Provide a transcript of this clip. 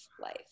life